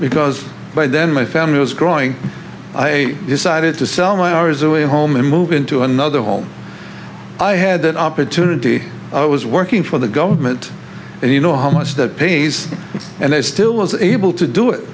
because by then my family was growing i decided to sell my hours away home and move into another home i had an opportunity i was working for the government and you know how much that pay and they still is able to do it